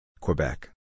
Quebec